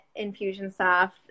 Infusionsoft